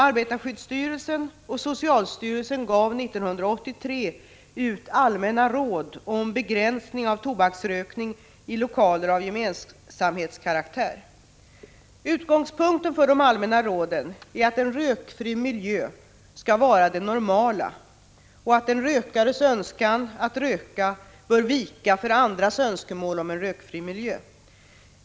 Arbetarskyddsstyrelsen och socialstyrelsen gav 1983 ut allmänna råd om begränsning av tobaksrökning i lokaler av gemensamhetskaraktär. Utgångspunkten för de allmänna råden är att en rökfri miljö skall vara det normala och att en rökares önskan att röka bör vika för andras önskemål om en rökfri miljö.